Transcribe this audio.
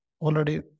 already